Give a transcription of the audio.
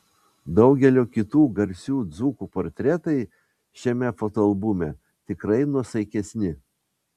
daugelio kitų garsių dzūkų portretai šiame fotoalbume tikrai nuosaikesni